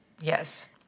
Yes